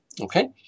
Okay